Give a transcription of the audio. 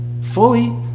Fully